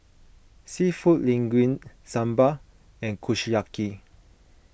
Seafood Linguine Sambar and Kushiyaki